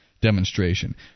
demonstration